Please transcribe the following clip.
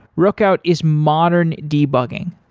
rookout is modern debugging.